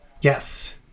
Yes